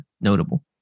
notable